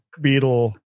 Beetle